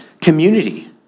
community